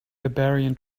barbarian